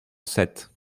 sept